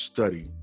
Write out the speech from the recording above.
Study